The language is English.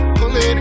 pulling